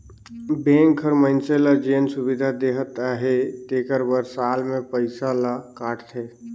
bank हर मइनसे ल जेन सुबिधा देहत अहे तेकर बर साल में पइसा ल काटथे